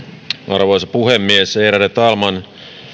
arvoisa puhemies ärade talman